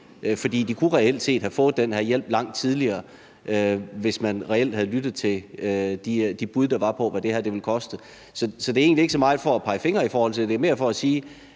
For de kunne reelt set have fået den her hjælp langt tidligere, hvis man havde lyttet til de bud, der var på, hvad det her ville koste. Så det er egentlig ikke så meget for at pege fingre i forhold til det. Det er mere for at sige,